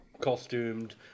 costumed